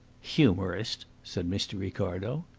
humorist! said mr. ricardo.